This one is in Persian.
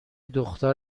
دختر